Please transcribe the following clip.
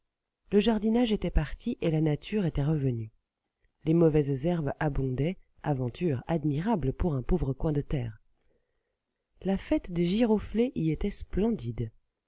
le jardinage était parti et la nature était revenue les mauvaises herbes abondaient aventure admirable pour un pauvre coin de terre la fête des giroflées y était splendide